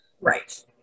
Right